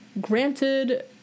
granted